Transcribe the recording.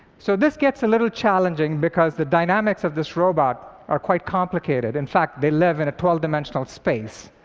so this gets a little challenging, because the dynamics of this robot are quite complicated. in fact, they live in a twelve dimensional space.